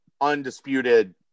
undisputed